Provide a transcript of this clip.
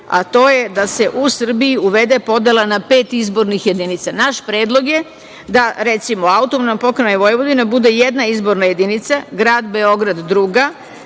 a to je da se u Srbiji uvede podela na pet izbornih jedinica. Naš predlog je da, recimo, AP Vojvodina bude jedna izborna jedinica, grad Beograd druga,